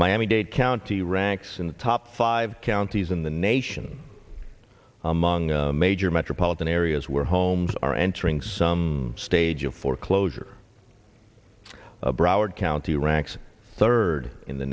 miami dade county ranks in the top five counties in the nation among major metropolitan areas where homes are entering some stage of foreclosure broward county ranks third in the